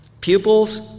Pupils